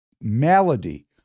malady